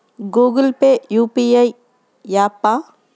Google Pay UPI య్యాపా?